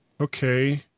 okay